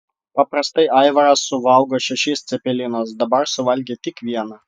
paprastai aivaras suvalgo šešis cepelinus dabar suvalgė tik vieną